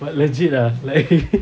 but legit lah like